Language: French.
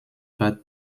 partent